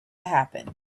happen